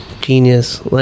genius